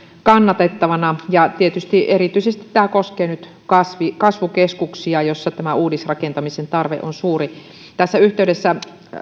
kannatettavana ja tietysti tämä koskee nyt erityisesti kasvukeskuksia joissa tämä uudisrakentamisen tarve on suuri tässä yhteydessä